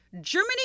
Germany